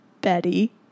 Betty